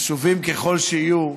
חשובים ככל שיהיו,